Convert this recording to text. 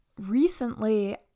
Recently